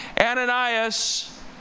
Ananias